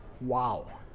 Wow